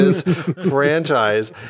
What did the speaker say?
franchise